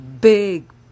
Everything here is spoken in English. big